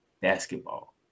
basketball